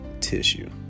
tissue